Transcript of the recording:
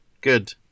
Good